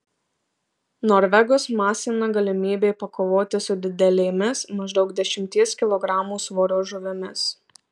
norvegus masina galimybė pakovoti su didelėmis maždaug dešimties kilogramų svorio žuvimis